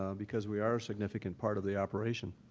um because we are a significant part of the operation,